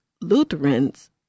Lutherans